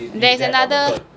there's another